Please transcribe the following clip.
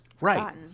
Right